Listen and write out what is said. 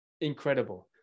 incredible